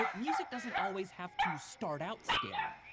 but music doesn't always have to start out scary.